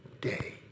day